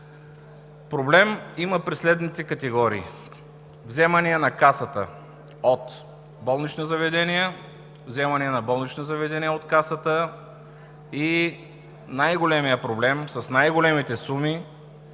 Проблем има при следните категории: вземания на Касата от болнични заведения; вземания на болнични заведения от Касата и най-големият проблем с най-големите суми